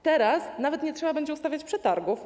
Teraz nawet nie trzeba będzie ustawiać przetargów.